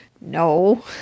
No